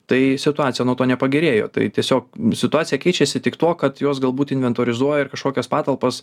tai situacija nuo to nepagerėjo tai tiesiog situacija keičiasi tik tuo kad juos galbūt inventorizuoja kažkokias patalpas